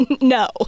No